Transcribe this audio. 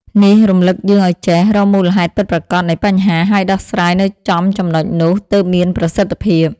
នេះរំលឹកយើងឲ្យចេះ រកមូលហេតុពិតប្រាកដ នៃបញ្ហា ហើយដោះស្រាយនៅចំចំណុចនោះ ទើបមានប្រសិទ្ធភាព។